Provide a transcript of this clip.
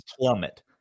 plummet